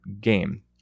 game